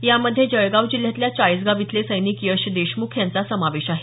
यामध्ये जळगाव जिल्ह्यातल्या चाळीसगाव इथले सैनिक यश देशमुख यांचा समावेश आहे